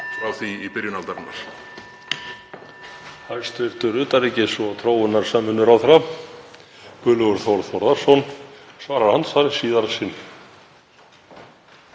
frá því í byrjun aldarinnar.